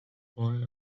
boy